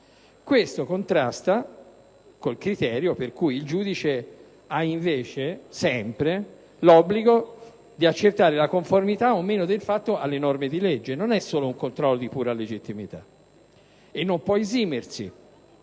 Questo contrasta con il criterio secondo il quale il giudice ha sempre l'obbligo di accertare la conformità o no del fatto alle norme di legge: non è solo un controllo di pura legittimità. E non può esimersi,